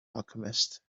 alchemist